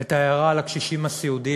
את ההערה על הקשישים הסיעודיים.